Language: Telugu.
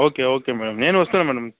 ఓకే ఓకే మ్యాడమ్ నేనూ వస్తున్నా మ్యాడమ్